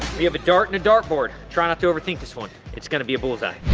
we have a dart and a dart board. try not to overthink this one. it's going to be a bull's eye.